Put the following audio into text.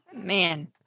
Man